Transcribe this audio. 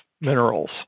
minerals